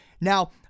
now